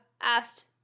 asked